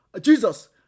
Jesus